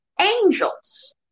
angels